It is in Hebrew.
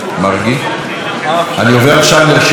אני עובר עכשיו לרשימת המסתייגים.